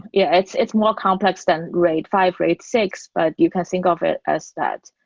yeah, it's it's more complex than raid five, raid six, but you can think of it as that.